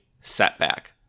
setback